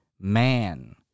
man